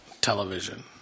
television